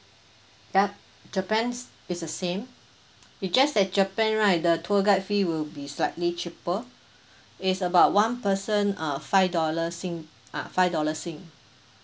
yup japan it's the same it just that japan right the tour guide fee will be slightly cheaper it's about one person uh five dollar sing uh five dollar sing